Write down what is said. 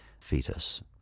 fetus